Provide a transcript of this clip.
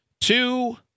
two